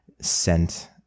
sent